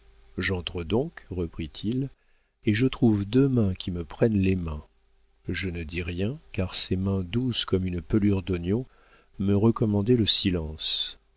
j'entre donc reprit-il et je trouve deux mains qui me prennent les mains je ne dis rien car ces mains douces comme une pelure d'oignon me recommandaient le silence